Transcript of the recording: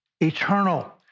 eternal